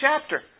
chapter